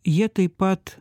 jie taip pat